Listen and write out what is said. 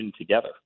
together